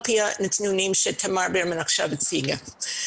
על פי הנתונים שתמר ברמן הציגה כאן קודם לכן.